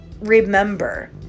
remember